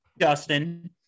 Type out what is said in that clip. Justin